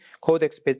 Codex